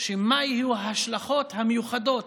של מה יהיו ההשלכות המיוחדות